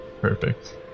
Perfect